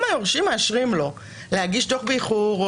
אם היורשים מאשרים לו להגיש את הדו"ח באיחור,